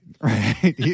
right